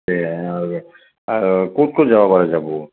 ক'ত ক'ত যাবা পৰা যাব